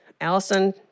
Allison